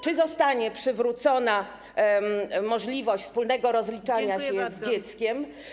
Czy zostanie przywrócona możliwość wspólnego rozliczania się z dzieckiem?